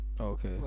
Okay